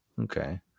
okay